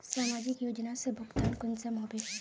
समाजिक योजना से भुगतान कुंसम होबे?